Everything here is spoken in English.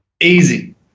Easy